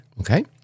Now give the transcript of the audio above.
okay